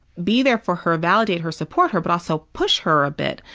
be there for her, validate her, support her, but also push her a bit,